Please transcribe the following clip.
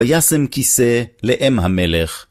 וישם כיסא לאם המלך.